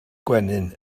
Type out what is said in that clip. gwenyn